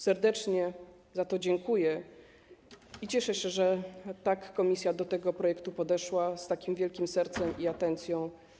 Serdecznie za to dziękuję i cieszę się, że komisja tak do tego projektu podeszła, z takim wielkim sercem i atencją.